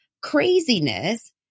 craziness